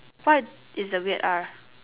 what is the weird R